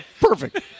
Perfect